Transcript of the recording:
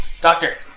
doctor